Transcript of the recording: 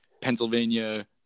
pennsylvania